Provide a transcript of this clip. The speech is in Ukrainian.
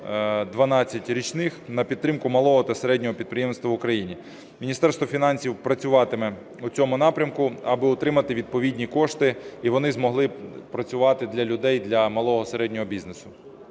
0,12 річних, на підтримку малого та середнього підприємництва в Україні. Міністерство фінансів працюватиме у цьому напрямку, аби отримати відповідні кошти, і вони змогли б працювати для людей, для малого і середнього бізнесу.